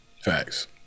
facts